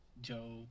Joe